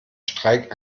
streik